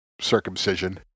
circumcision